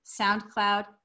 SoundCloud